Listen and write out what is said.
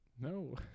No